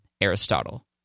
Aristotle